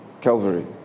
Calvary